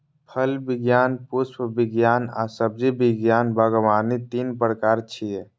फल विज्ञान, पुष्प विज्ञान आ सब्जी विज्ञान बागवानी तीन प्रकार छियै